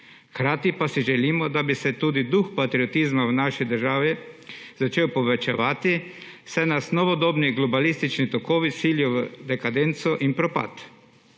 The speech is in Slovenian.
Hkrati pa si želimo, da bi se tudi duh patriotizma v naši državi začel povečevati, saj nas novodobni globalistični tokovi silijo v dekadenco in propad.